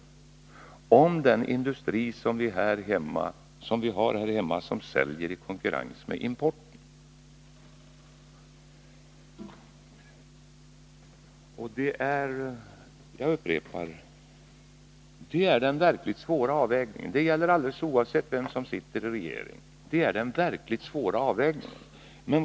Sådana åtgärder är nödvändiga för den industri här hemma som säljer i konkurrens med importen. Jag upprepar: Detta är den verkligt svåra avvägningen, alldeles oavsett vem som sitter i regeringen.